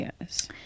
yes